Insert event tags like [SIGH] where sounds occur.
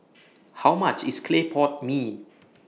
[NOISE] How much IS Clay Pot Mee